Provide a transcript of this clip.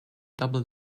double